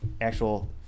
actual